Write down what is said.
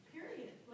Period